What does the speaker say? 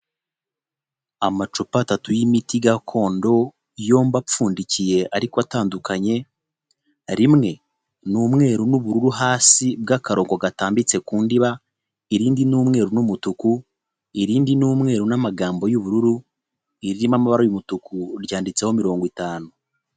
Amacupa atatu y'imiti gakondo yombi apfundikiye ariko atandukanye, rimwe ni umweru n'ubururu hasi bw'akaro gatambitse ku ndiba, irindi ni umweru n'umutuku, irindi ni umweru n'amagambo y'ubururu iririmo amabara y'umutuku ryanditseho mirongo itanu.